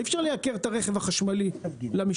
אי אפשר לייקר את הרכב החשמלי למשתמשים.